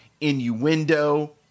innuendo